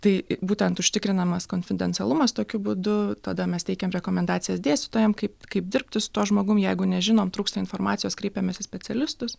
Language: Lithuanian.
tai būtent užtikrinamas konfidencialumas tokiu būdu tada mes teikiam rekomendacijas dėstytojams kaip kaip dirbti su tuo žmogum jeigu nežinom trūksta informacijos kreipiamės į specialistus